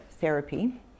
therapy